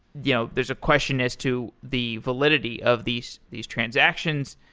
you know there's a question as to the validity of these these transactions,